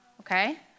Okay